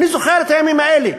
אני זוכר את הימים האלה,